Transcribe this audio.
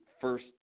first